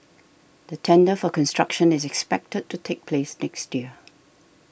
the tender for construction is expected to take place next year